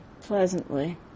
pleasantly